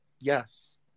Yes